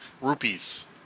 Rupees